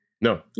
No